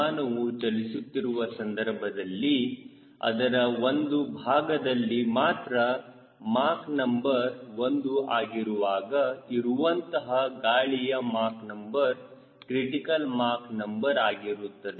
ವಿಮಾನವು ಚಲಿಸುತ್ತಿರುವ ಸಂದರ್ಭದಲ್ಲಿ ಅದರ ಒಂದು ಭಾಗದಲ್ಲಿ ಮಾತ್ರ ಮಾಕ್ ನಂಬರ್ 1 ಆಗಿರುವಾಗ ಇರುವಂತಹ ಗಾಳಿಯ Mach number critical Mach number ಆಗಿರುತ್ತದೆ